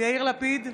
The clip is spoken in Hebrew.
יאיר לפיד,